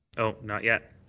oh, not yet.